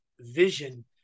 vision